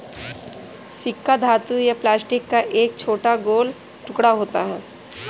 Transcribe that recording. सिक्का धातु या प्लास्टिक का एक छोटा गोल टुकड़ा होता है